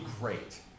great